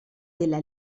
della